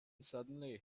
suddenly